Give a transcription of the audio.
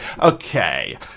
Okay